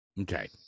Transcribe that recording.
Okay